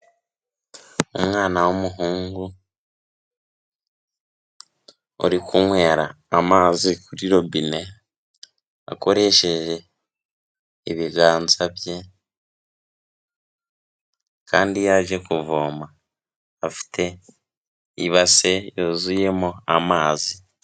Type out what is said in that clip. Umwana w'umuhungu, uri kunywera amazi kuri robine, akoresheje ibiganza bye kandi yaje kuvoma afite ibase yuzuyemo amazi.